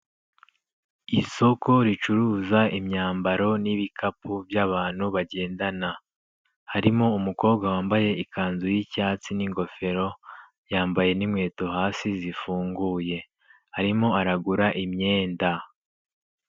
Isoko ricuruza imyambaro n'ibikapu by'abantu bagendana, harimo umukobwa wambaye ikanzu y'icyatsi n'ingofero, yambaye n'inkweto hasi zifunguye; arimo aragura imyenda.